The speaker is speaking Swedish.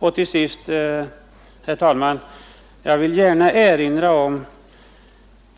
Sedan vill jag gärna erinra om